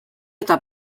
eta